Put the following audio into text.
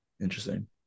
interesting